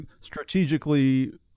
strategically